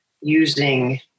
using